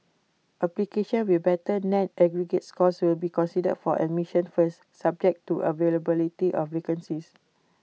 applicants with better net aggregate scores will be considered for admission first subject to the availability of vacancies